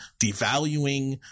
devaluing